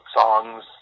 songs